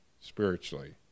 spiritually